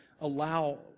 allow